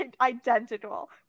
Identical